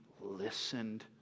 listened